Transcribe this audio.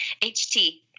HT